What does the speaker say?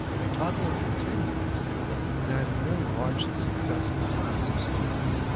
i taught there for ten years and i had a very large and successful class of students.